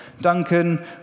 Duncan